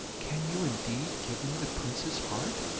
can you indeed give me the prince's heart?